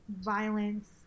violence